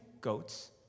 goats